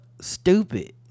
stupid